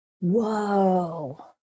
Whoa